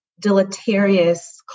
deleterious